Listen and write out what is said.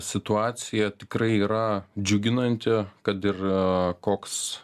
situacija tikrai yra džiuginanti kad ir koks